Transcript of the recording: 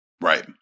Right